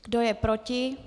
Kdo je proti?